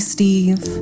Steve